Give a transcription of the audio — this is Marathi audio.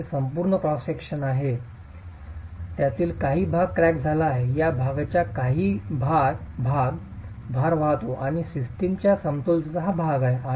आमच्याकडे संपूर्ण क्रॉस सेक्शन आहे त्यातील काही भाग क्रॅक झाला आहे त्या भागाचा काही भाग भार वाहतो आणि सिस्टमच्या समतोलचा हा भाग आहे